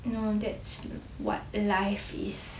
no that's what life is